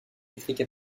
électrique